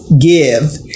give